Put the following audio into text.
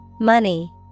Money